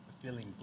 feeling